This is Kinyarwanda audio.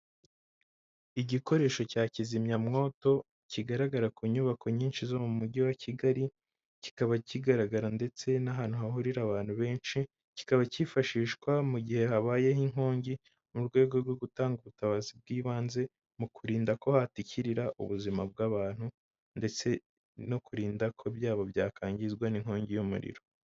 Igikoresho cya kizimyamwoto kigaragara ku nyubako nyinshi zo mu mujyi wa Kigali, kikaba kigaragara ndetse n'ahantu hahurira abantu benshi, kikaba cyifashishwa mu gihe habayeho inkongi mu rwego rwo gutanga ubutabazi bw'ibanze mu kurinda ko hatikirira ubuzima bw'abantu ndetse no kurinda ko ibyabo byakangizwa n'inkongi y'umuriro.